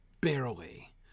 barely